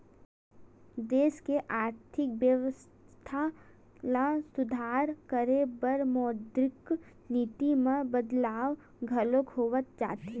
देस के आरथिक बेवस्था ल सुधार करे बर मौद्रिक नीति म बदलाव घलो होवत जाथे